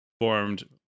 formed